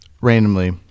randomly